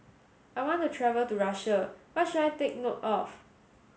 I want to travel to Russia what should I take note of